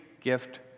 gift